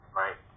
right